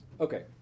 Okay